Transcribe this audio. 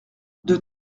deux